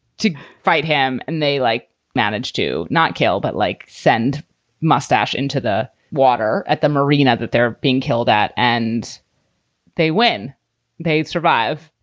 to fight him. and they like managed to not kill but like send mustache into the water at the marina that they're being killed at and they when they survive,